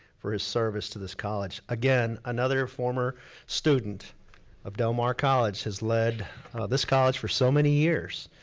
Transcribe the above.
for his service to this college. again, another former student of del mar college, has led this college for so many years,